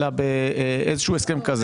אלא באיזה שהוא הסכם כזה.